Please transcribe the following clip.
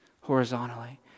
horizontally